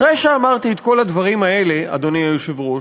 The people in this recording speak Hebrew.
אחרי שאמרתי את כל הדברים האלה, אדוני היושב-ראש,